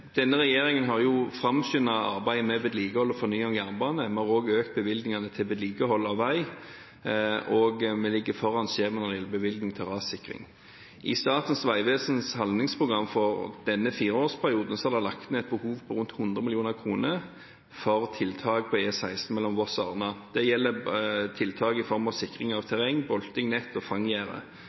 Denne regjeringen har framskyndet arbeidet med vedlikehold og fornying av jernbane. Vi har også økt bevilgningene til vedlikehold av vei, og vi ligger foran skjema når det gjelder bevilgning til rassikring. I Statens vegvesens handlingsprogram for denne fireårsperioden er det lagt inn et behov på rundt 100 mill. kr for tiltak på E16 mellom Voss og Arna. Det gjelder tiltak i form av sikring av terreng, bolting, nett og